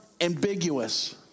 ambiguous